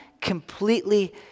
completely